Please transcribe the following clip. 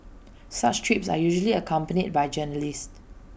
such trips are usually accompanied by journalists